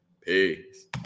Peace